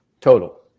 Total